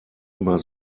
immer